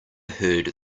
heard